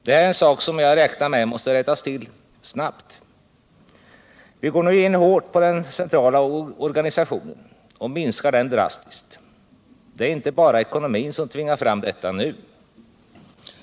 Det här är en sak som jag räknar med måste rättas till snabbt. Vi går nu in hårt på den centrala organisationen och minskar den drastiskt. Men det är inte bara ekonomin som nu tvingar fram detta.